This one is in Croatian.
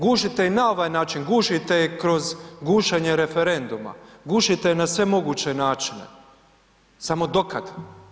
Gušite je na ovaj način, gušite je kroz gušenje referenduma, gušite je na sve moguće načine, samo do kada.